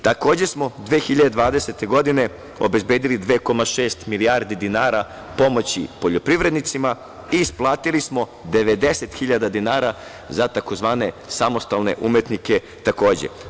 Takođe smo 2020. godine obezbedili 2,6 milijardi dinara pomoći poljoprivrednicima i isplatili smo 90.000 dinara za tzv. samostalne umetnike takođe.